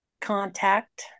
contact